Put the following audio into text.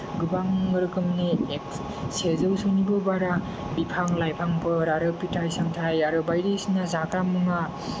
गोबां रोखोमनि एक्स सेजौसिमनिबो बारा बिफां लाइफांफोर आरो फिथाय समाथाय आरो बायदिसिना जाग्रा मुवा